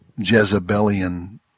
Jezebelian